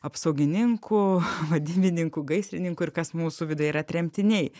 apsaugininkų vadybininkų gaisrininkų ir kas mūsų viduje yra tremtiniai